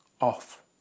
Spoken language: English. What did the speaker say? off